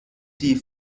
die